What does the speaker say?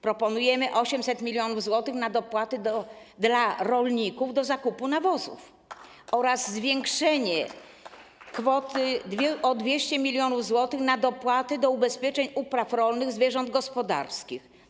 Proponujemy 800 mln zł na dopłaty dla rolników do zakupu nawozów oraz zwiększenie kwoty o 200 mln zł na dopłaty do ubezpieczeń upraw rolnych i zwierząt gospodarskich.